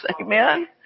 Amen